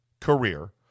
career